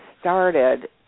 started